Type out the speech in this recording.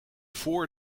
voor